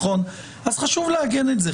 אז חשוב לעגן את זה,